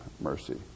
mercy